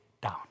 down